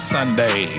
Sunday